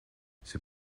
c’est